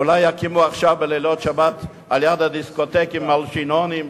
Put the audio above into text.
אולי יקימו עכשיו בלילות שבת על יד הדיסקוטקים מלשינונים,